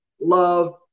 love